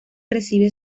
recibe